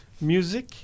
music